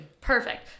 Perfect